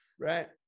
right